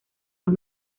los